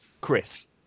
Chris